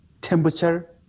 temperature